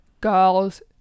girls